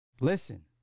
Listen